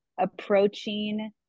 approaching